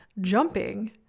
jumping